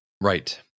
Right